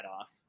off